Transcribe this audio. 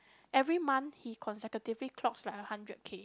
every month he consecutively clocks like a hundred K